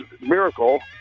Miracle